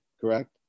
correct